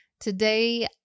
Today